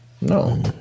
No